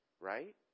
right